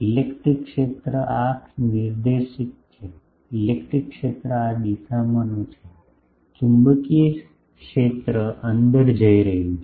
electric ક્ષેત્ર આ નિર્દેશિત છે ઇલેક્ટ્રિક ક્ષેત્ર આ દિશામાન છે ચુંબકીય ક્ષેત્ર અંદર જઈ રહ્યું છે